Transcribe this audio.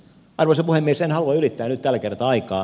en halua ylittää nyt tällä kertaa aikaa